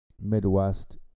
Midwest